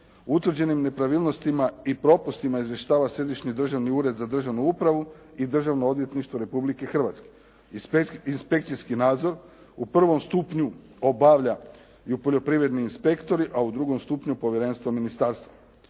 utvrđenim nepravilnostima i propustima izvještava Središnji držani ured za državnu upravu i Držano odvjetništvo Republike Hrvatske. Inspekcijski nadzor u prvom stupnju obavljaju poljoprivredni inspektori, a u drugom stupnju povjerenstvo ministarstva.